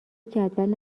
جدول